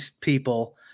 people